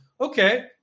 Okay